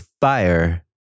fire